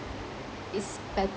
it's better